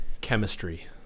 Chemistry